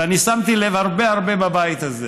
ואני שמתי לב שהרבה הרבה בבית הזה,